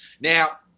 Now